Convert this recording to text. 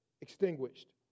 extinguished